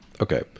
Okay